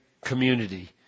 community